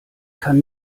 kann